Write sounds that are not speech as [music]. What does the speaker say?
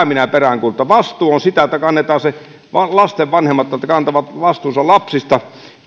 [unintelligible] minä peräänkuulutan vastuu on sitä että ne lasten vanhemmat kantavat vastuunsa lapsista